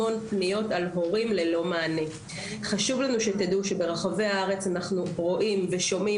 לנו שתדעו שברחבי הארץ אנחנו רואים ושומעים